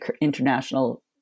International